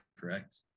correct